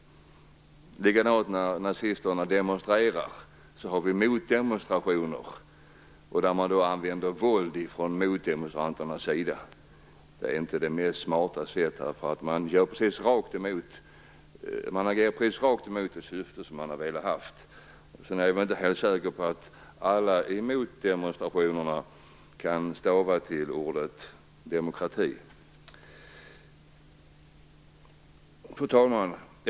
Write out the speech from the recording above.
Likadant är det när nazisterna demonstrerar. Då har vi motdemonstrationer, där motdemonstranterna använder våld. Det är inte det mest smarta sättet. Man agerar precis rakt emot sitt syfte. Jag är inte heller säker på att alla i motdemonstrationerna kan stava till ordet demokrati.